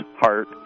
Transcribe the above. heart